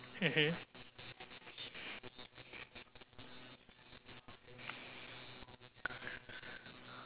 mmhmm